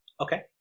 Okay